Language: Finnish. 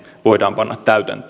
voidaan panna täytäntöön